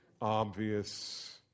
Obvious